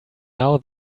now